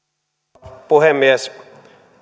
arvoisa rouva puhemies